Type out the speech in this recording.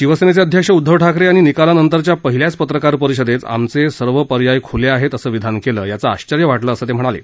शिवसेनेचे अध्यक्ष उद्धव ठाकरे यांनी निकालानंतरच्या पहिल्याच पत्रकार परिषदेत आमचे सर्व पर्याय खुले आहेत असं विधान केलं याचं आश्वर्य वाटलं असं ते म्हणाले